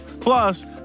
Plus